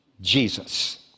Jesus